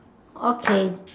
okay